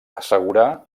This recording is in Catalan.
assegurar